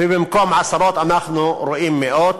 ובמקום עשרות אנחנו רואים מאות.